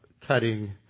cutting